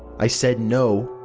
i said no.